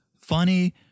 funny